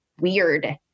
weird